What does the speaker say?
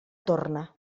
torna